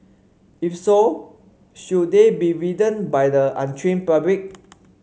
if so should they be ridden by the untrained public